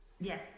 yes